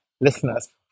listeners